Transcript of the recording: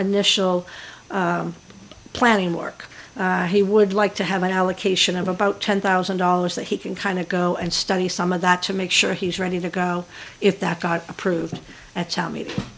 initial planning work he would like to have an allocation of about ten thousand dollars that he can kind of go and study some of that to make sure he's ready to go if that got approved a